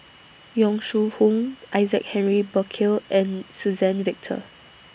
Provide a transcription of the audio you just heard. Yong Shu Hoong Isaac Henry Burkill and Suzann Victor